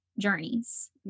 journeys